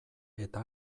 eta